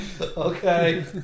Okay